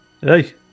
Hey